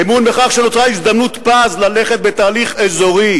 אמון בכך שנוצרה הזדמנות פז ללכת בתהליך אזורי